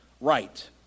right